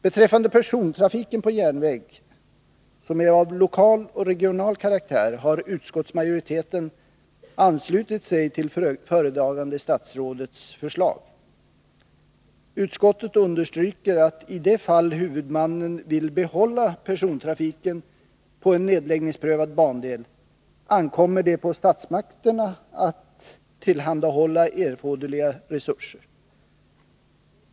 Beträffande persontrafiken på järnväg som är av lokal och regional karaktär har utskottsmajoriteten anslutit sig till föredragande statsrådets förslag. Utskottet understryker att i de fall huvudmannen vill behålla persontrafiken på en nedläggningsprövad bandel ankommer det på statsmakterna att tillhandahålla erforderliga resurser.